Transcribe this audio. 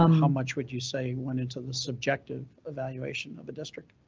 um how much would you say went into the subjective evaluation of a district?